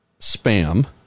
Spam